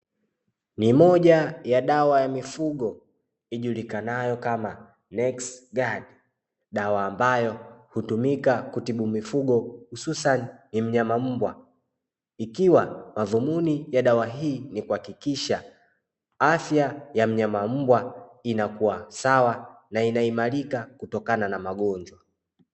Ni moja ya dawa ya mifugo ijulikanayo kama next gayi, dawa ambayo hutumika kutibu mifugo hususan ni mnyama mbwa, ikiwa madhumuni ya dawa hii ni kuhakikisha afya ya mnyama mbwa inakuwa sawa na inaimarika kutokana na magonjwa.